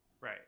right